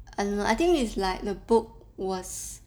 um I think it's like the book was